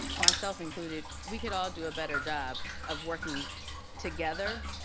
myself included, we could all do a better job of working together,